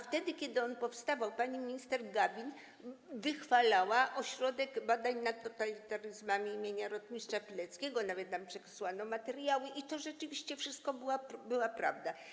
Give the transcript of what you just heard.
Wtedy kiedy on powstawał, pani minister Gawin wychwalała Ośrodek Badań nad Totalitaryzmami im. Witolda Pileckiego, nawet nam wysłano materiały i to rzeczywiście wszystko była prawda.